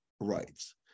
rights